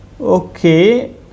Okay